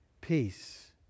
peace